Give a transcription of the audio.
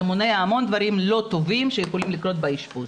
זה מונע המון דברים לא טובים שיכולים לקרות באשפוז.